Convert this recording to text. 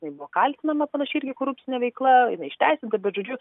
tai buvo kaltinama panaši irgi korupcine veikla jinai išteisinta bet žodžiu